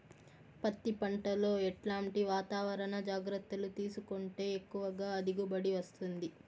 పత్తి పంట లో ఎట్లాంటి వాతావరణ జాగ్రత్తలు తీసుకుంటే ఎక్కువగా దిగుబడి వస్తుంది?